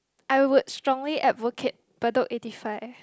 I would strongly advocate Bedok eighty five